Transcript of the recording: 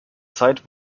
zeit